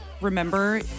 remember